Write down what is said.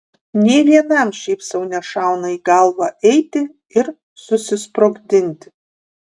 nė vienam šiaip sau nešauna į galvą eiti ir susisprogdinti